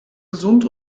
gesund